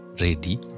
ready